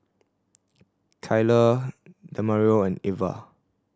Kyler Demario and Irva